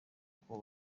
uko